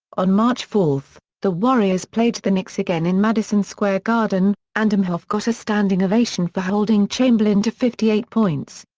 on march four, the warriors played the knicks again in madison square garden, and imhoff got a standing ovation for holding holding chamberlain to fifty eight points.